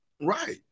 Right